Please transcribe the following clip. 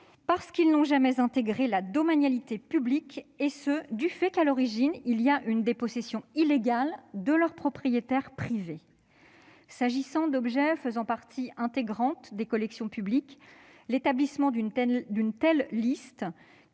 parce qu'ils n'ont jamais intégré la domanialité publique, et cela du fait que, à l'origine il y a eu dépossession illégale de leur propriétaire privé. S'agissant d'objets faisant partie intégrante des collections publiques, l'établissement d'une telle liste